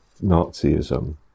Nazism